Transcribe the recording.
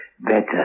Better